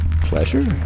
pleasure